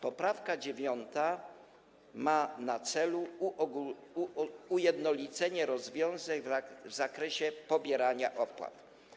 Poprawka 9. ma na celu ujednolicenie rozwiązań w zakresie pobierania opłat.